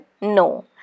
no